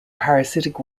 parasitic